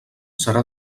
serà